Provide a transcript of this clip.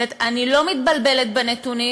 אני לא מתבלבלת בנתונים.